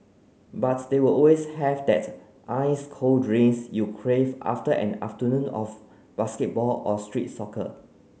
but they will always have that ice cold drinks you crave after an afternoon of basketball or street soccer